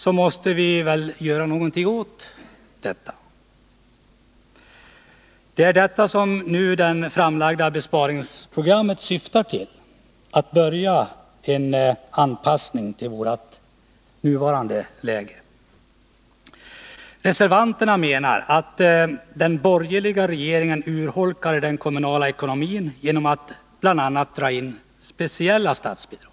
Det är detta som det nu framlagda besparingsprogrammet syftar till — att påbörja en anpassning till vårt nuvarande läge. Reservanterna menar att den borgerliga regeringen urholkar den kommunala ekonomin genom att bl.a. dra in speciella statsbidrag.